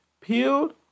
peeled